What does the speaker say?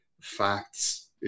facts